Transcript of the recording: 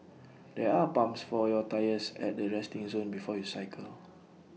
there are pumps for your tyres at the resting zone before you cycle